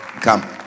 come